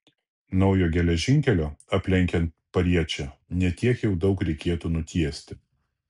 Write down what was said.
naujo geležinkelio aplenkiant pariečę ne tiek jau daug reikėtų nutiesti